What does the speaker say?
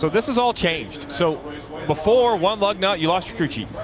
so this has all changed. so before one lug nut, you lost your crew chief.